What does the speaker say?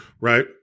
Right